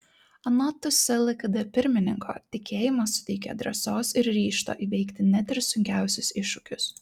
anot ts lkd pirmininko tikėjimas suteikia drąsos ir ryžto įveikti net ir sunkiausius iššūkius